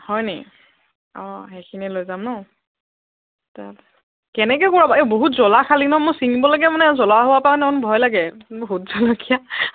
হয়নি অঁ সেইখিনিয়ে লৈ যাম ন' কেনেকৈ এ বহুত জ্বলা খালি ন' মই চিঙিবলৈকে মানে জ্বলা হোৱাৰ পৰা অকণ ভয় লাগে ভোট জলকীয়া